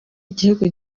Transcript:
igihugu